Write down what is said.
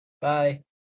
bye